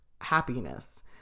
happiness